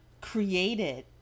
created